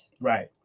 right